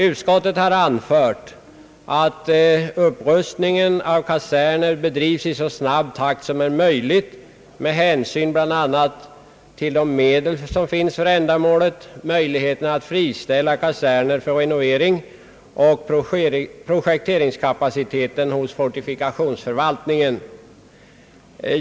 Utskottet har anfört att upprustningen av kaserner bedrivs i så snabb takt som det är möjligt med hänsyn bl.a. till de medel som finns för ändamålet, till möjligheterna att friställa kaserner för renovering och till projekteringskapaciteten hos fortifikationsförvaltningen.